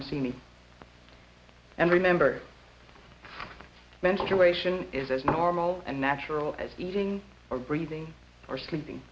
and see me and remember menstruation is as normal and natural as eating or breathing or sleeping